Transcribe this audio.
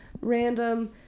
random